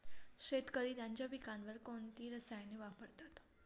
शेतकरी त्यांच्या पिकांवर कोणती रसायने वापरतात?